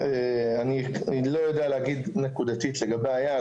אני לא יודע להגיד נקודתית לגבי היעד,